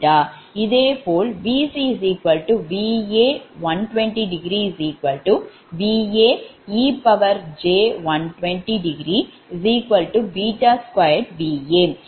இதேபோல் Vc Va∠120° Vaej120° 2 Va